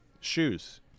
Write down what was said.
shoes